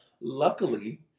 Luckily